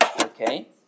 Okay